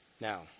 Now